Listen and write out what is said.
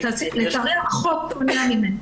לצערי, החוק מונע ממני.